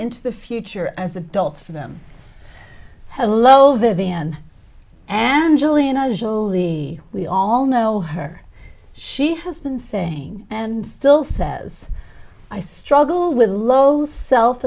into the future as adults for them hello viviane angelina jolie we all know her she has been saying and still says i struggle with low self